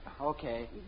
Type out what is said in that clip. Okay